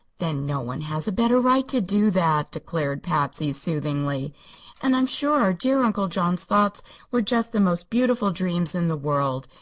then no one has a better right to do that, declared patsy, soothingly and i'm sure our dear uncle john's thoughts were just the most beautiful dreams in the world.